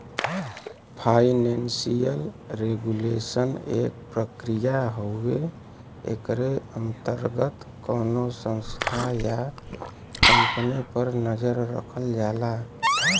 financial regulation एक प्रक्रिया हउवे एकरे अंतर्गत कउनो संस्था या कम्पनी पर नजर रखल जाला